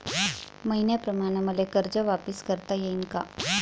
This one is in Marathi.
मईन्याप्रमाणं मले कर्ज वापिस करता येईन का?